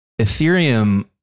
Ethereum